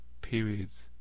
periods